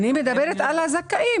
אני מדברת על זכאים.